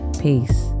Peace